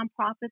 nonprofits